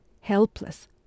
helpless